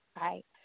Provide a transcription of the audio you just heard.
Right